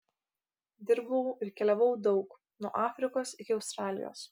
dirbau ir keliavau daug nuo afrikos iki australijos